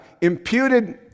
imputed